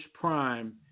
Prime